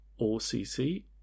OCC